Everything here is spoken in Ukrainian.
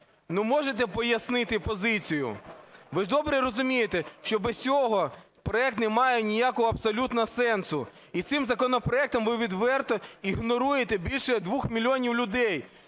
можете пояснити позицію? Ви ж добре розумієте, що без цього проект не має ніякого абсолютно сенсу, і цим законопроектом ви відверто ігноруєте більше двох мільйонів людей,